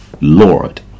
Lord